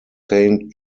saint